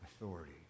authority